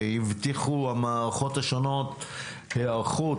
והבטיחו המערכות השונות היערכות,